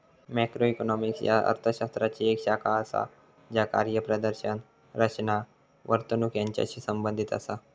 macroeconomics ह्या अर्थ शास्त्राची येक शाखा असा ज्या कार्यप्रदर्शन, रचना, वर्तणूक यांचाशी संबंधित असा